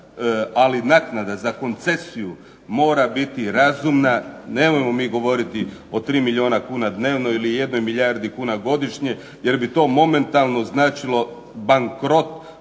ali naknada za koncesiju mora biti razumna, nemojmo mi govoriti o 3 milijuna kuna dnevno ili 1 milijardi kuna godišnje jer bi to momentalno značilo bankrot